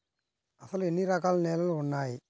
అసలు ఎన్ని రకాల నేలలు వున్నాయి?